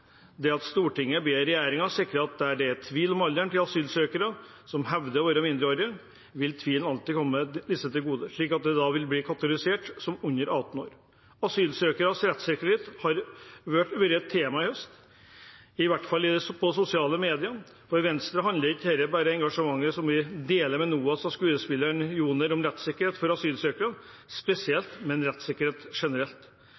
det – der jeg ber regjeringen sikre at der det er tvil om alderen til asylsøkere som hevder å være mindreårige, vil tvilen alltid komme disse til gode, slik at de da vil bli kategorisert som under 18 år. Asylsøkeres rettssikkerhet har vært et tema i høst, i hvert fall i sosiale medier. For Venstre handler ikke dette engasjementet, som vi deler med NOAS og skuespilleren Joner, om rettssikkerhet for asylsøkere